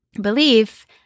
belief